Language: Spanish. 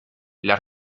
las